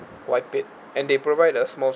wipe it and they provide a small